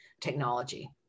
technology